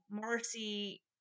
Marcy